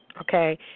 okay